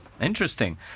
Interesting